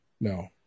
No